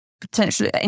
potentially